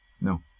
no